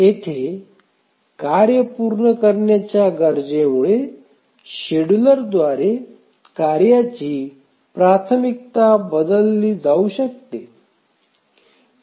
येथे कार्य पूर्ण करण्याच्या गरजेमुळे शेड्यूलरद्वारे कार्यांची प्राथमिकता बदलली जाऊ शकते